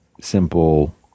simple